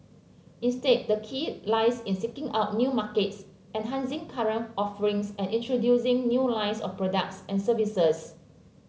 instead the key lies in seeking out new markets enhancing current offerings and introducing new lines of products and services